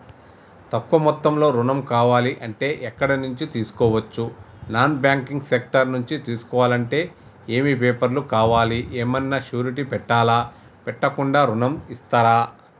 తక్కువ మొత్తంలో ఋణం కావాలి అంటే ఎక్కడి నుంచి తీసుకోవచ్చు? నాన్ బ్యాంకింగ్ సెక్టార్ నుంచి తీసుకోవాలంటే ఏమి పేపర్ లు కావాలి? ఏమన్నా షూరిటీ పెట్టాలా? పెట్టకుండా ఋణం ఇస్తరా?